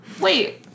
Wait